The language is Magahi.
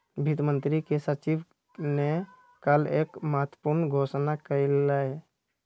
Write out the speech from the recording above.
वित्त मंत्री के सचिव ने कल एक महत्वपूर्ण घोषणा कइलय